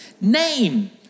Name